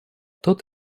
тот